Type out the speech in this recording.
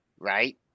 right